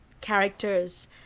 character's